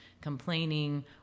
complaining